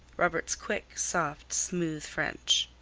robert's quick, soft, smooth french.